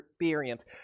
experience